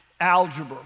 algebra